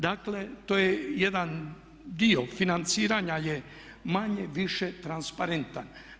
Dakle, to je jedan dio financiranja je manje-više transparentan.